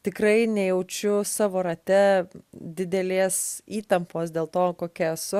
tikrai nejaučiu savo rate didelės įtampos dėl to kokia esu